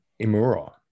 Imura